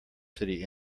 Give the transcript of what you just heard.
city